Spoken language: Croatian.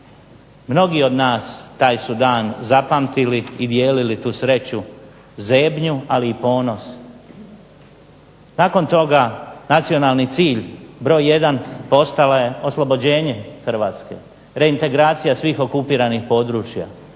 Mnogi od nas taj su dan zapamtili i dijelili tu sreću, zebnju, ali i ponos. Nakon toga nacionalni cilj broj 1. postalo je oslobođenje Hrvatske, reintegracija svih okupiranih područja.